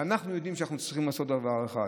ואנחנו יודעים שאנחנו צריכים לעשות דבר אחד,